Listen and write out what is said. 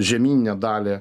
žemyninę dalį